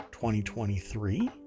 2023